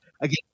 again